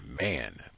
Man